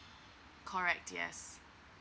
correct yes